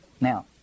Now